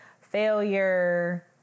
failure